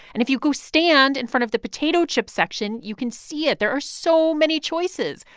and if you go stand in front of the potato chip section, you can see it. there are so many choices.